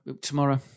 tomorrow